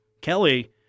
Kelly